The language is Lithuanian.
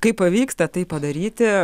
kaip pavyksta tai padaryti